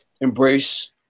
embrace